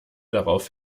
darauf